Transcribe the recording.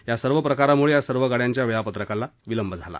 या सर्व प्रकारामुळे या सर्व गाड्यांच्या वेळापत्रकाला विलंब झाला